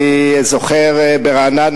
אני זוכר ברעננה,